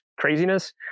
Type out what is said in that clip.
craziness